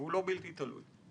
הוא לא בלתי תלוי.